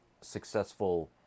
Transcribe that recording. successful